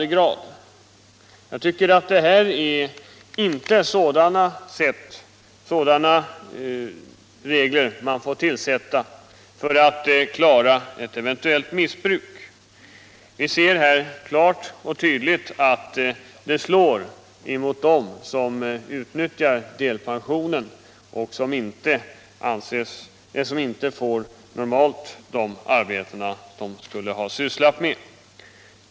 Jag tycker inte att det här är sådana regler som man bör ha för att klara ett eventuellt missbruk. Vi ser här klart och tydligt att reglerna slår emot dem som utnyttjar delpensionen och som inte får de arbeten de normalt skulle ha sysslat med.